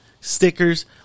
stickers